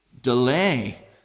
delay